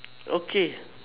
okay